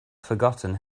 forgotten